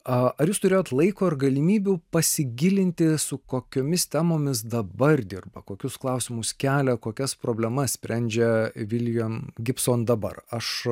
ar jūs turėjot laiko ir galimybių pasigilinti su kokiomis temomis dabar dirba kokius klausimus kelia kokias problemas sprendžia william gibson dabar aš